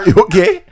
okay